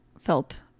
felt